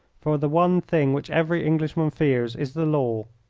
for the one thing which every englishman fears is the law.